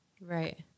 right